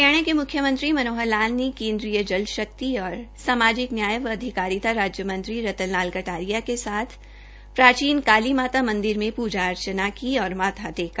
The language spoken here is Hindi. हरियाणा के मुख्यमंत्री मनोहर लाल ने केंद्रीय जल शक्ति और सामाजिक न्याय एवम् अधिकारिता राज्य मंत्री रत्तन लाल कटारिया के साथ प्राचीन काली माता मंदिर में पूजा अर्चना की और माथा टेका